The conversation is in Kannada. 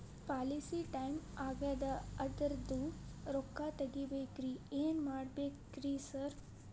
ಪಾಲಿಸಿ ಟೈಮ್ ಆಗ್ಯಾದ ಅದ್ರದು ರೊಕ್ಕ ತಗಬೇಕ್ರಿ ಏನ್ ಮಾಡ್ಬೇಕ್ ರಿ ಸಾರ್?